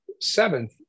seventh